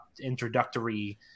introductory